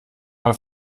mal